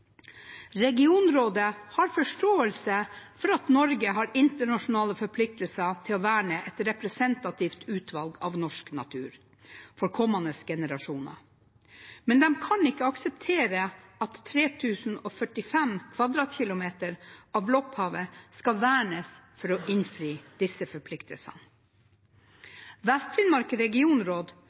Regionrådet har forståelse for at Norge har internasjonale forpliktelser til å verne et representativt utvalg av norsk natur for kommende generasjoner, men de kan ikke akseptere at 3 045 km 2 av Lopphavet skal vernes for å innfri disse forpliktelsene. Vest-Finnmark regionråd